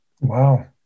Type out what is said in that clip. Wow